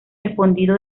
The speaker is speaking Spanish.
respondido